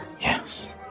Yes